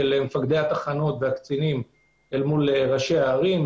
של מפקדי התחנות והקצינים מול ראשי הערים,